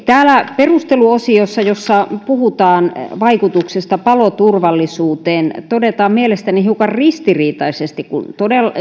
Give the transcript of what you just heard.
täällä perusteluosiossa jossa puhutaan vaikutuksesta paloturvallisuuteen todetaan mielestäni hiukan ristiriitaisesti kun